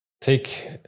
take